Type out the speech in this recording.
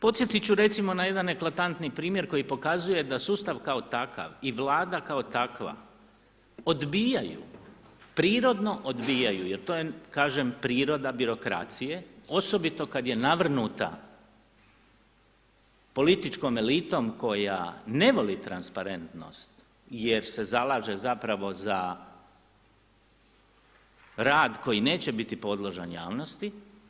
Podsjetiti ću recimo na jedan eklatantni primjer koji pokazuje da sustav kao takav i Vlada kao takva odbijaju, prirodno odbijaju, jer to je kažem priroda birokracije, osobito kada je navrnuta političkom elitom koja ne voli transparentnost jer se zalaže zapravo za rad koji neće biti podložan javnosti.